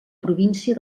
província